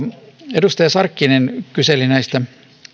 edustaja sarkkinen kyseli näistä